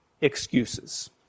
excuses